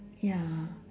ya